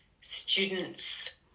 students